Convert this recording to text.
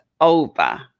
over